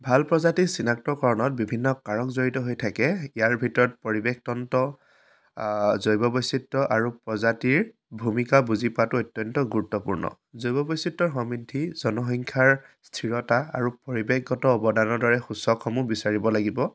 ভাল প্ৰজাতি চিনাক্তকৰণত বিভিন্ন কাৰক জড়িত হৈ থাকে ইয়াৰ ভিতৰত পৰিবেশতন্ত্ৰ জৈৱ বৈচিত্ৰ আৰু প্ৰজাতিৰ ভূমিকা বুজি পোৱাটো অত্যন্ত গুৰুত্বপূৰ্ণ জৈৱ বৈচিত্ৰৰ সমৃদ্ধি জনসংখ্যাৰ স্থিৰতা আৰু পৰিৱেশগত অৱদানৰ দৰে সূচকসমূহ বিচাৰিব লাগিব